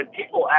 people